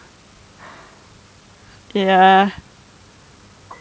ya